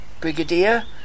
Brigadier